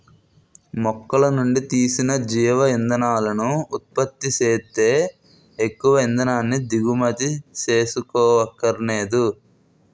మొక్కలనుండి తీసిన జీవ ఇంధనాలను ఉత్పత్తి సేత్తే ఎక్కువ ఇంధనాన్ని దిగుమతి సేసుకోవక్కరనేదు